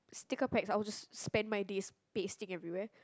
sticker packs I would just spend my days pasting everywhere